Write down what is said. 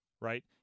right